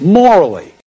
morally